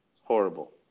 horrible